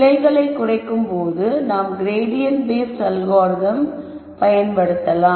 பிழைகளை குறைக்கும் போது நாம் க்ரேடியன்ட் பேஸ்ட் அல்காரிதம் பயன்படுத்தலாம்